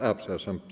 A, przepraszam.